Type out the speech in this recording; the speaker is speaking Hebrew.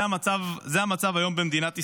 זה המצב היום במדינת ישראל.